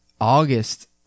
August